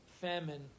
famine